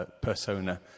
persona